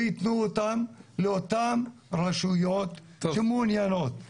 שיתנו אותם לאותן רשויות שמעוניינות.